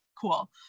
Cool